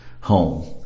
home